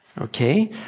Okay